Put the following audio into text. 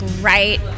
right